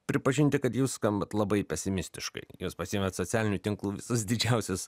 pripažinti kad jūs skambat labai pesimistiškai jūs pasiėmėt socialinių tinklų visus didžiausius